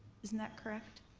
isn't that correct